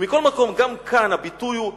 מכל מקום, גם כאן, הביטוי הוא הזוי,